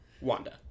Wanda